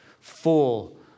full